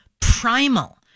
primal